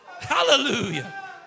Hallelujah